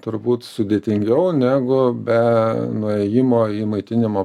turbūt sudėtingiau negu be nuėjimo į maitinimo